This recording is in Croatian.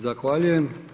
Zahvaljujem.